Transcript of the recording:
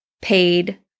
paid